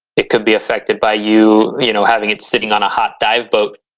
it could be affected by you, you know, having it sitting on a hot dive boat,